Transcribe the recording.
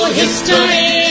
history